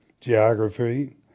geography